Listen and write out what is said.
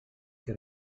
que